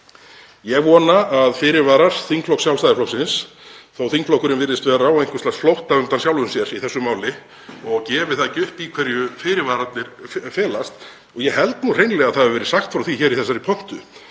Ég vona að fyrirvarar þingflokks Sjálfstæðisflokksins komi fram, þótt þingflokkurinn virðist vera á einhvers lags flótta undan sjálfum sér í þessu máli og gefi það ekki upp í hverju fyrirvararnir felast. Ég held hreinlega að það hafi verið sagt frá því hér í þessari pontu